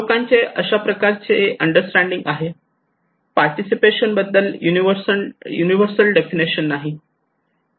लोकांचे अनेक प्रकारे अंडरस्टँडिंग आहे पार्टिसिपेशन बद्दल युनिव्हर्सल डेफिनेशन नाही